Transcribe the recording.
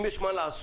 אם יש מה לעשות,